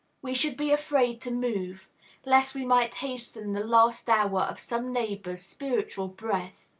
we should be afraid to move lest we might hasten the last hour of some neighbor's spiritual breath.